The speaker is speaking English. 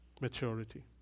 maturity